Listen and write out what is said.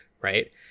right